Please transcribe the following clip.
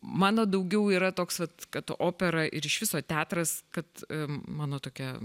mano daugiau yra toks vat kad opera ir iš viso teatras kad mano tokia